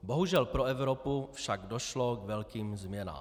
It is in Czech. Bohužel pro Evropu však došlo k velkým změnám.